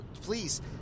please